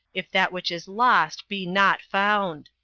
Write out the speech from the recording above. if that which is lost be not found.